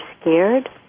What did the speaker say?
scared